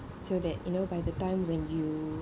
so that you know by the time when you